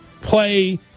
play